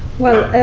well,